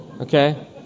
Okay